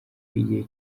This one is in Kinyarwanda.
igihe